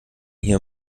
hier